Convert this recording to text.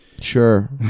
sure